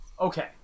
Okay